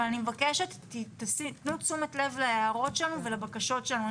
אבל אני מבקשת שתיתנו תשומת לב להערות שלנו ולבקשות שלנו.